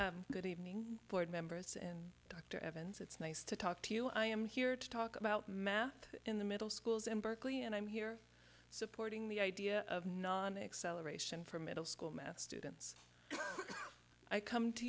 beard good evening board members and dr evans it's nice to talk to you i am here to talk about math in the middle schools in berkeley and i'm here supporting the idea of non excel aeration for middle school math students i come to